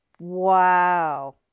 Wow